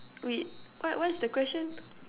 wait what what's the question